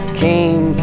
came